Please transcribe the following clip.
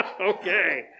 Okay